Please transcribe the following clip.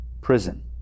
prison